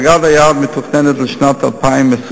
השגת היעד מתוכננת לשנת 2025,